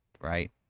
right